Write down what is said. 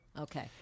Okay